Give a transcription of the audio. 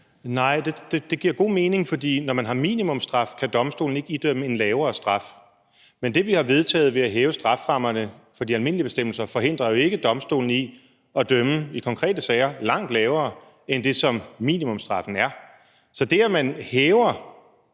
Nej, det giver god mening, for når man har en minimumsstraf, kan domstolene ikke idømme en lavere straf. Men det, vi har vedtaget ved at hæve strafferammerne for de almindelige bestemmelser, forhindrer jo ikke domstolene i i konkrete sager at dømme langt lavere end det, som minimumsstraffen er. Så det, at man hæver